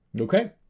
Okay